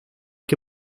que